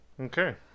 okay